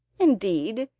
indeed,